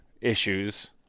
issues